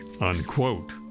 Unquote